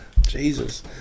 Jesus